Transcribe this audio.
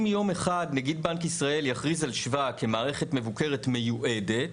אם יום אחד נגיד בנק ישראל יכריז על שבא כמערכת מבוקרת מיועדת,